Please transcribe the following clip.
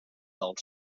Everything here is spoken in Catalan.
del